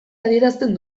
adierazten